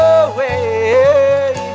away